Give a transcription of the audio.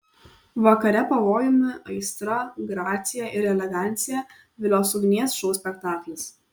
vakare pavojumi aistra gracija ir elegancija vilios ugnies šou spektaklis